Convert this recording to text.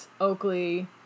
Oakley